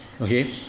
Okay